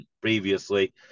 previously